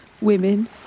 Women